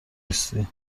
نیستی